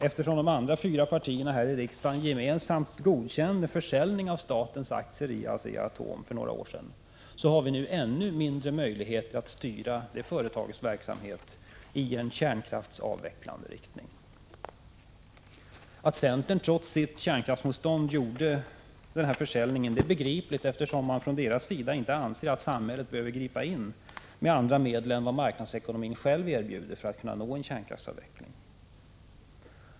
Eftersom de andra fyra partierna här i riksdagen — alltså utöver vpk — gemensamt godkände försäljningen av statens aktier i ASEA-ATOM för några år sedan, har vi nu ännu sämre möjligheter att styra företagets verksamhet i en kärnkraftsavvecklande riktning. Att centern trots sitt kärnkraftsmotstånd stödde den här försäljningen är begripligt, eftersom centern inte anser att samhället behöver gripa in med andra medel än dem som marknadsekonomin själv erbjuder för att kunna nå en kärnkraftsavveckling.